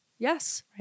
Yes